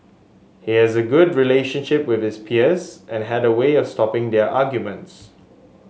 he has a good relationship with his peers and had a way of stopping their arguments